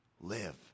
Live